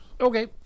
Okay